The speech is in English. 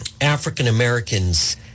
African-Americans